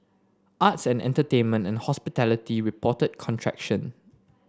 arts and entertainment and hospitality reported contraction